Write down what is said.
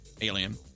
Alien